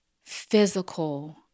physical